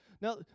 Now